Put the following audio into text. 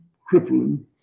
crippling